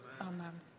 Amen